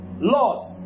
Lord